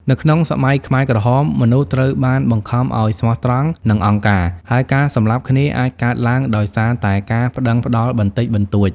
នៅក្នុងសម័យខ្មែរក្រហម មនុស្សត្រូវបានបង្ខំឲ្យស្មោះត្រង់និងអង្គការ ហើយការសម្លាប់គ្នាអាចកើតឡើងដោយសារតែការប្តឹងផ្តល់បន្តិចបន្តួច។